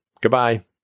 Goodbye